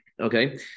Okay